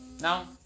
Now